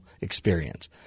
Experience